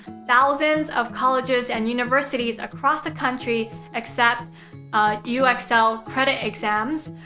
thousands of colleges and universities across the country accept you excel credit exams.